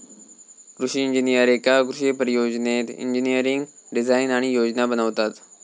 कृषि इंजिनीयर एका कृषि परियोजनेत इंजिनियरिंग डिझाईन आणि योजना बनवतत